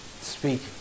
Speak